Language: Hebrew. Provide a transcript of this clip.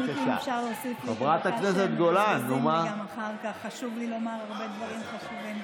אם אפשר, חברת הכנסת גולן, קריאה ראשונה.